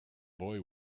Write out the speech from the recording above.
boy